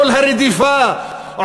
עול הרדיפה,